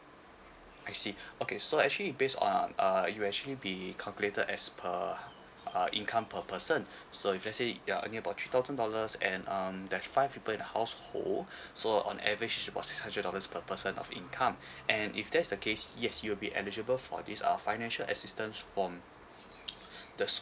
I see okay so actually based on uh you actually be calculated as per uh income per person so if let say yeah I mean about three thousand dollars and um there's five in the household so on average about six hundred dollars per person of income and if that's the case yes you'll be eligible for this uh financial assistance from the